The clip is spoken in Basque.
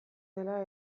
dela